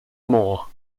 more